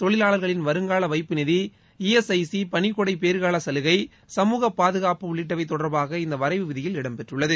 தொழிலாளர்களின் வருங்கால வைப்பு நிதி இஎஸ்ஐசி பணிக்கொடை பேறுகால சலுகை சமூக பாதுகாப்பு உள்ளிட்டவை தொடர்பாக இந்த வரைவு விதியில் இடம்பெற்றுள்ளது